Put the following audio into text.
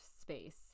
space